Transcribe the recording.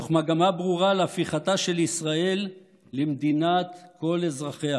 במגמה ברורה להפיכתה של ישראל למדינת כל אזרחיה.